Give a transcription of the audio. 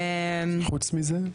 חוץ מזה?